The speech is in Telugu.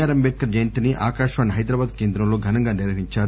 ఆర్ ట్ అంబేద్కర్ జయంతిని ఆకాశవాణి హైదరాబాద్ కేంద్రంలో ఘనంగా నిర్వహించారు